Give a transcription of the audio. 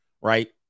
right